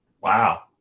Wow